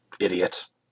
Idiots